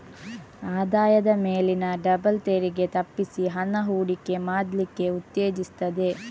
ಆದಾಯದ ಮೇಲಿನ ಡಬಲ್ ತೆರಿಗೆ ತಪ್ಪಿಸಿ ಹಣ ಹೂಡಿಕೆ ಮಾಡ್ಲಿಕ್ಕೆ ಉತ್ತೇಜಿಸ್ತದೆ